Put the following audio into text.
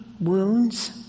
wounds